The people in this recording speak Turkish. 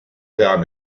devam